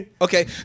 Okay